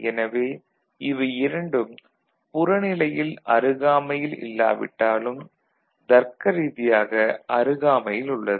எனவே இவை இரண்டும் புறநிலையில் அருகாமையில் இல்லாவிட்டாலும் தருக்க ரீதியாக அருகாமையில் உள்ளது